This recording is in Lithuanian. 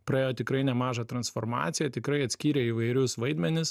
praėjo tikrai nemažą transformaciją tikrai atskyrė įvairius vaidmenis